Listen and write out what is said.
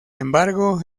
embargo